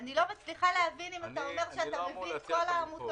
אני לא מצליחה להבין אם אתה אומר שאתה מביא את כל העמותות,